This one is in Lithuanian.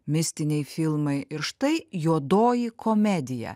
mistiniai filmai ir štai juodoji komedija